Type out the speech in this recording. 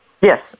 Yes